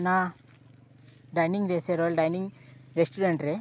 ᱚᱱᱟ ᱰᱟᱭᱱᱤᱝ ᱨᱮᱥᱮ royal dining restaurant ᱨᱮ